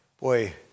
boy